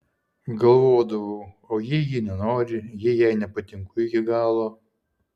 galvodavau o jei ji nenori jei jai nepatinku iki galo